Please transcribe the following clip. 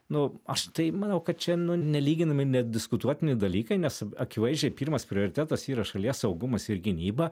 nu aš tai manau kad čia nelyginami nediskutuotini dalykai nes akivaizdžiai pirmas prioritetas yra šalies saugumas ir gynyba